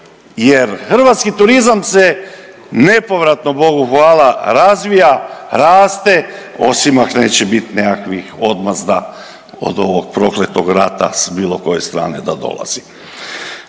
Jer hrvatski turizam se nepovratno bogu hvala razvija, raste, osim ako neće biti nekakvih odmazda od ovog prokletog rata sa bilo koje strane da dolazi.